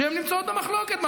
שנמצאות במחלוקת.